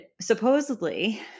supposedly